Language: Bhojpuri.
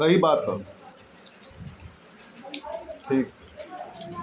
सुरु से भाँग के खेती दावा या अउरी चीज ला होखे, लेकिन एकर अब गलत इस्तेमाल होता